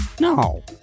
No